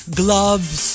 gloves